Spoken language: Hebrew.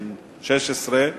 בן 16,